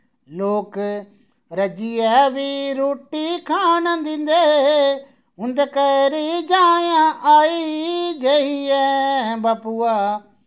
लोक रज्जियै बी रुट्टी खान दिन्दे उंदे घरे जायां आई गेई ऐ बाप्पूआ